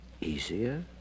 Easier